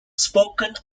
spoken